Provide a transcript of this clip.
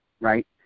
right